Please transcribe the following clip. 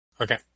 Okay